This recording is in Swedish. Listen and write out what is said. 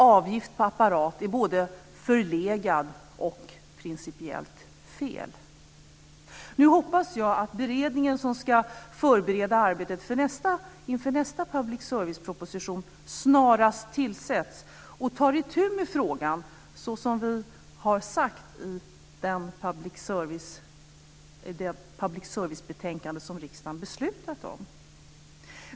Avgift på apparat är både förlegad och principiellt fel. Nu hoppas jag att beredningen som ska förbereda arbetet inför nästa public service-proposition snarast tillsätts och tar itu med frågan såsom vi har sagt i det public service-betänkande som riksdagen beslutat om.